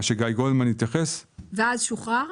ואז שוחרר?